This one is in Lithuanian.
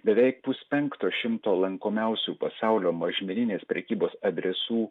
beveik puspenkto šimto lankomiausių pasaulio mažmeninės prekybos adresų